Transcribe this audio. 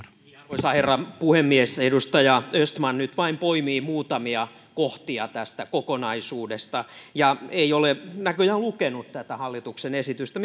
arvoisa herra puhemies edustaja östman nyt vain poimii muutamia kohtia tästä kokonaisuudesta ja ei ole näköjään lukenut tätä hallituksen esitystä